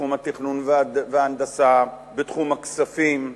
בתחום התכנון וההנדסה, בתחום הכספים,